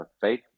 faith